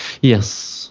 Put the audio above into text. yes